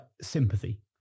sympathy